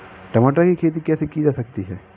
टमाटर की खेती कैसे की जा सकती है?